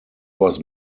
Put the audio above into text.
was